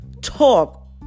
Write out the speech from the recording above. Talk